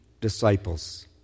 disciples